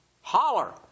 Holler